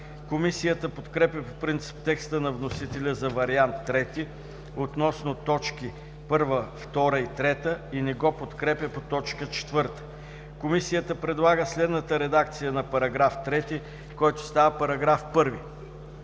Комисията подкрепя по принцип текста на вносителя за Вариант III относно т. 1, 2 и 3 и не го подкрепя по т. 4. Комисията предлага следната редакция на § 3, който става § 1: „§ 1.